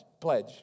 pledge